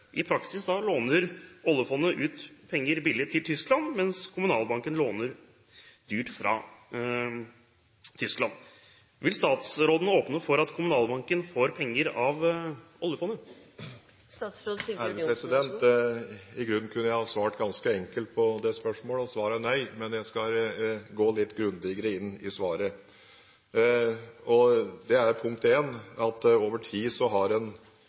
I praksis låner oljefondet ut penger billig til Tyskland, mens Kommunalbanken låner dyrt fra Tyskland. Vil statsråden åpne for at Kommunalbanken får låne penger av oljefondet?» I grunnen kunne jeg ha svart ganske enkelt på det spørsmålet, og svaret er nei. Men jeg skal gå litt grundigere inn i svaret. Over tid har en